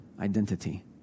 identity